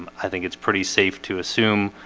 um i think it's pretty safe to assume